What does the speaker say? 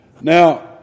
Now